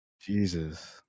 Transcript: Jesus